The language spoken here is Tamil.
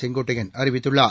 செங்கோட்டையன் அறிவித்துள்ளார்